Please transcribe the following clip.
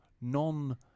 non